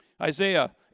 Isaiah